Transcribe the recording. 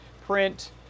Print